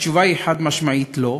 התשובה היא חד-משמעית: לא.